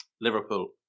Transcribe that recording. Liverpool